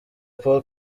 paul